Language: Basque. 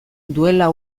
duela